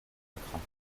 erkrankung